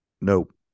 Nope